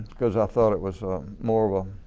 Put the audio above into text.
because i felt it was more of ah